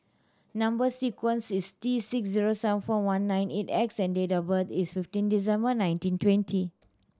number sequence is T six zero seven four one nine eight X and date of birth is fifteen December nineteen twenty